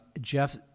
Jeff